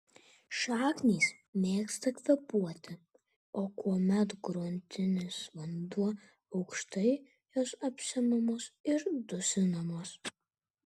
šaknys mėgsta kvėpuoti o kuomet gruntinis vanduo aukštai jos apsemiamos ir dusinamos